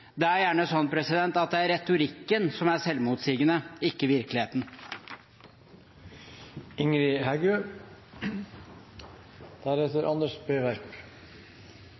Det er gjerne slik at det er retorikken som er selvmotsigende, ikke virkeligheten.